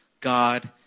God